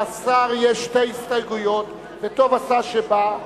לשר יש שתי הסתייגויות וטוב עשה שבא,